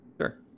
Sure